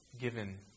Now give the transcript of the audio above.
given